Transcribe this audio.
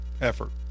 effort